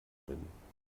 bin